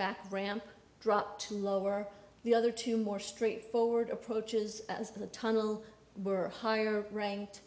back ramp drop to lower the other two more straightforward approaches to the tunnel were higher ranked